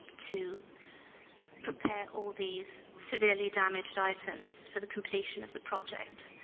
to prepare all these severely damaged items for the completion of the project.